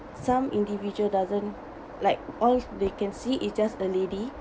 some individual doesn't like all they can see it's just a lady